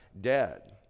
dead